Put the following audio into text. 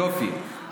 יופי,